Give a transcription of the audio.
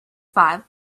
five